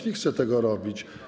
Nie chcę tego robić.